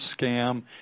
scam